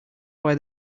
why